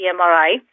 MRI